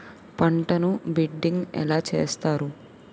పంటను బిడ్డింగ్ ఎలా చేస్తారు?